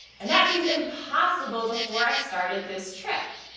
and that seemed impossible before i started this trip.